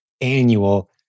annual